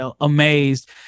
amazed